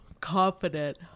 confident